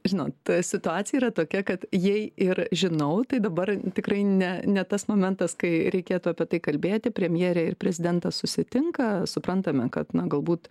žinot situacija yra tokia kad jei ir žinau tai dabar tikrai ne ne tas momentas kai reikėtų apie tai kalbėti premjerė ir prezidentas susitinka suprantame kad na galbūt